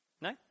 No